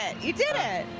and you did it!